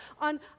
on